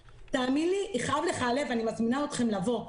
תאמין לי, יכאב לך הלב, אני מזמינה אתכם לבוא.